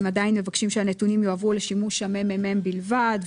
והם עדיין מבקשים שהנתונים שיועברו לשימוש הממ"מ בלבד,